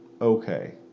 okay